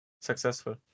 successful